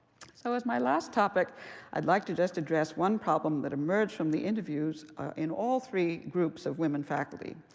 so as my last topic i'd like to just address one problem that emerged from the interviews in all three groups of women faculty.